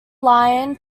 lion